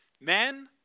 Men